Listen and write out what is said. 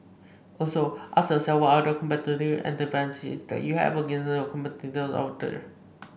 also ask yourself what are the competitive advantages that you have against your competitors over there